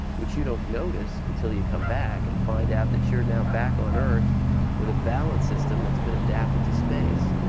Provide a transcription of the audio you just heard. which you don't notice until you come back and find out that you're now back on earth with a balance system that's been adapted to space.